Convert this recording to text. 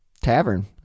Tavern